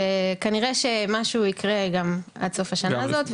כנראה שמשהו יקרה עד סוף השנה הזאת,